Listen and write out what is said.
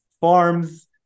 farms